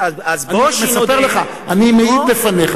אני מספר לך, אני מעיד בפניך.